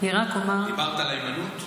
דיברת על היימנוט?